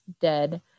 dead